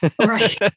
right